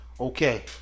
Okay